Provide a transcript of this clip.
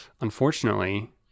unfortunately